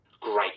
Great